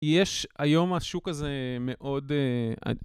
יש היום משהו כזה מאוד...